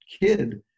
kid